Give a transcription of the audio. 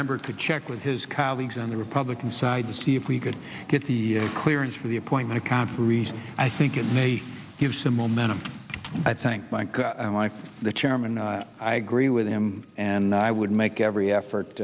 member could check with his colleagues on the republican side to see if we could get the clearance for the appoint conferees i think it may give some momentum i think mike i like the chairman and i agree with him and i would make every effort